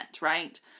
right